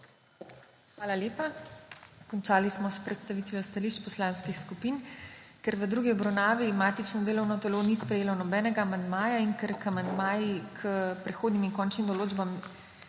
Hvala lepa. Končali smo s predstavitvijo stališč poslanskih skupin. Ker v drugi obravnavi matično delovno telo ni sprejelo nobenega amandmaja in ker amandmaji k prehodnim končnim določbam